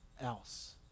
else